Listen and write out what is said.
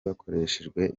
bakoreshejwe